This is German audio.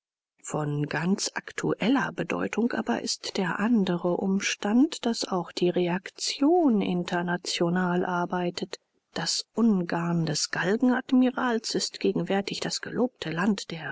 von ganz aktueller bedeutung aber ist der andere umstand daß auch die reaktion international arbeitet das ungarn des galgenadmirals ist gegenwärtig das gelobte land der